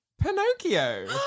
Pinocchio